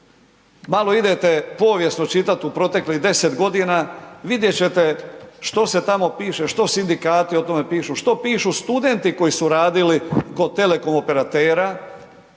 malo idete povijesno čitati u proteklih 10 godina, vidjet ćete što se tamo piše, što sindikati o tome pišu, što pišu studenti koji su radili kod telekom operatera